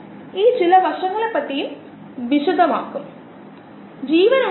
mu എന്നത് a ആയിരിക്കാം അല്ലെങ്കിൽ ഉണ്ടാകില്ല കൂടാതെ മോൾഡ് എന്ന് വിളിക്കപ്പെടുന്ന ജീവികളുമുണ്ട്